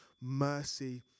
mercy